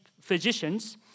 physicians